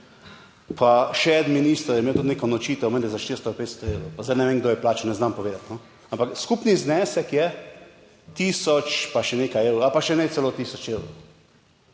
Pa še en minister je imel tudi neko nočitev mene za 400, 500 evrov, pa zdaj ne vem kdo je plačal ne znam povedati, ampak skupni znesek je tisoč pa še nekaj evrov ali pa še ne celo tisoč evrov.